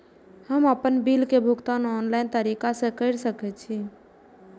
हम आपन बिल के भुगतान ऑनलाइन तरीका से कर सके छी?